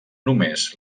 només